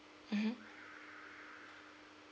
mmhmm